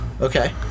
Okay